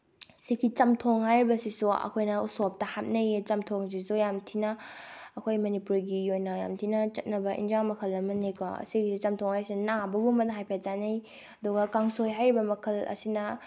ꯁꯤꯒꯤ ꯆꯝꯊꯣꯡ ꯍꯥꯏꯔꯤꯕꯁꯤꯁꯨ ꯑꯩꯈꯣꯏꯅ ꯎꯁꯣꯞꯇ ꯍꯥꯞꯅꯩꯌꯦ ꯆꯝꯊꯣꯡꯁꯤꯁꯨ ꯌꯥꯝꯊꯤꯅ ꯑꯩꯈꯣꯏ ꯃꯅꯤꯄꯨꯔꯤꯒꯤ ꯑꯣꯏꯅ ꯌꯥꯝꯊꯤꯅ ꯆꯠꯅꯕ ꯑꯦꯟꯁꯥꯡ ꯃꯈꯜ ꯑꯃꯅꯦꯀꯣ ꯑꯁꯤꯒꯤ ꯆꯝꯊꯣꯡ ꯍꯥꯏꯁꯦ ꯅꯥꯕꯒꯨꯝꯕꯗ ꯍꯥꯏꯐꯦꯠ ꯆꯥꯅꯩ ꯑꯗꯨꯒ ꯀꯥꯡꯁꯣꯏ ꯍꯥꯏꯔꯤꯕ ꯃꯈꯜ ꯑꯁꯤꯅ